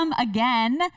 again